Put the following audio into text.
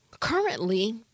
Currently